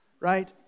right